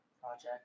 project